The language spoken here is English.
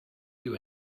you